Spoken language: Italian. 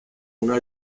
una